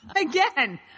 Again